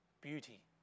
beauty